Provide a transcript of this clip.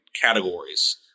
categories